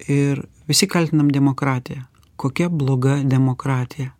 ir visi kaltinam demokratiją kokia bloga demokratija